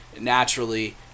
naturally